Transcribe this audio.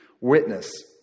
witness